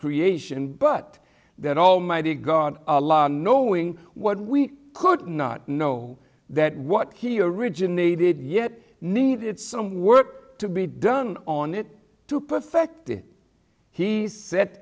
creation but that almighty god knowing what we could not know that what he originated yet needed some work to be done on it to perfect it he set